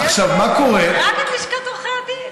עם לשכת עורכי הדין.